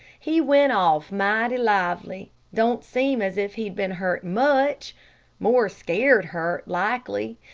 he went off mighty lively don't seem as if he'd been hurt much more scared hurt, likely.